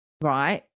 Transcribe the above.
right